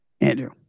Andrew